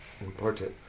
important